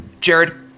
Jared